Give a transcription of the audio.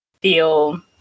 feel